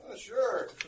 Sure